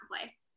play